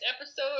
episode